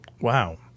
Wow